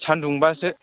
सान्दुंबासो